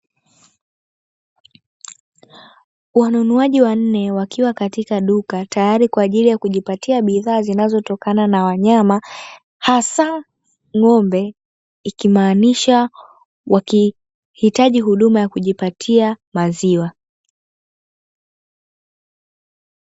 Wanunuaji wanne wakiwa katika duka tayari kwaajili ya kujipatia bidhaa zinazotokana na wanyama, hasa ng'ombe ikimaanisha wakihitaji huduma ya kujipatia maziwa.